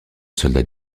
soldats